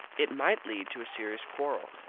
it might lead to a serious quarrel.